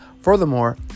Furthermore